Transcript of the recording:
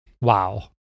wow